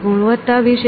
ગુણવત્તા વિશે શું